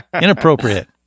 inappropriate